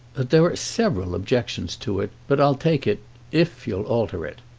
there are several objections to it, but i'll take it if you'll alter it,